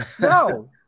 No